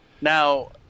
Now